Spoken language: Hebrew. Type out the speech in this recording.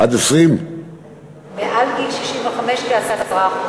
מעל גיל 65 כ-10%.